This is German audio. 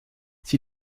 sie